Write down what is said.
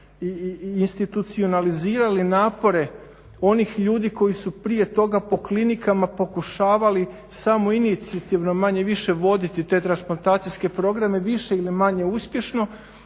i institucionalizirali napore onih ljudi koji su prije toga po klinikama pokušavali samo inicijativno manje-više voditi te transplantacijske programe više ili manje uspješno